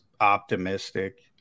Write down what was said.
optimistic